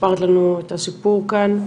סיפרת לנו את הסיפור כאן,